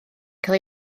cael